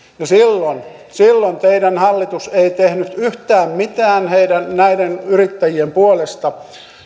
ja silloin teidän hallituksenne ei tehnyt yhtään mitään näiden yrittäjien puolesta